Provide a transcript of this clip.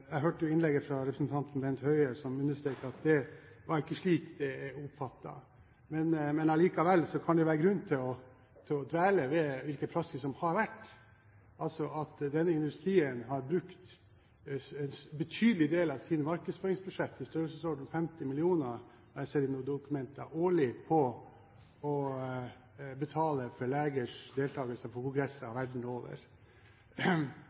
Jeg hørte jo innlegget fra representanten Bent Høie, som understreket at det ikke var slik det var å oppfatte, men likevel kan det være grunn til å dvele ved hvilken praksis som har vært, altså at denne industrien har brukt en betydelig del av sitt markedsføringsbudsjett – i størrelsesorden 50 mill. kr, har jeg sett i noen dokumenter – årlig på å betale for legers deltakelse på kongresser verden over. Vi har etter hvert fått etiske retningslinjer for